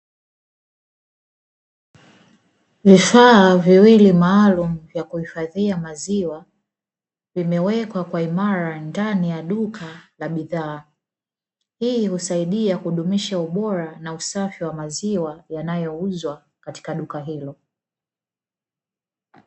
Vifaa viwili maalumu vya kuhifadhia maziwa, vimewekwa kwa imara ndani ya duka la bidhaa. Hii husaidia kudumisha ubora na usafi wa maziwa yanayouzwa katika duka hilo.